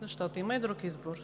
защото има и друг избор.